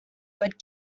but